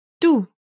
Du